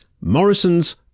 Morrison's